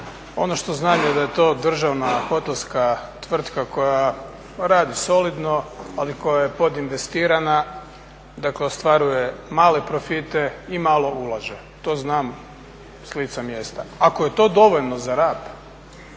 Ono što znam je da je to državna hotelska tvrtka koja radi solidno ali koja je podinvestirana dakle ostvaruje male profite imalo ulaže, to znam s lica mjesta. Ako je to dovoljno za Rab